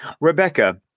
Rebecca